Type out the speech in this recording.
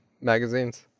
magazines